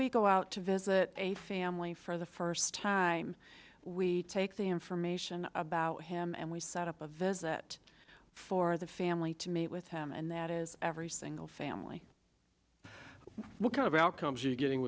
we go out to visit a family for the first time we take the information about him and we set up a visit for the family with him and that is every single family what kind of outcomes you getting